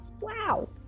Wow